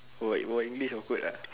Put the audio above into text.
bual berbual english awkward ah